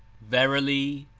verily,